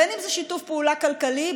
בין אם זה שיתוף פעולה כלכלי,